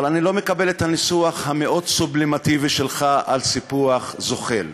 אני לא מקבל את הניסוח המאוד-סובלימטיבי שלך על סיפוח זוחל.